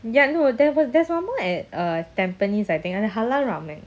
ya no there there there's one more at uh tampines I think a halal ramen